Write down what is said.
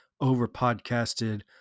over-podcasted